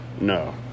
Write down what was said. No